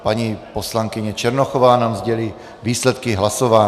Paní poslankyně Černochová nám sdělí výsledky hlasování.